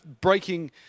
breaking